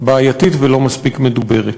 בעייתית ולא מספיק מדוברת.